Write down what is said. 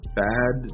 bad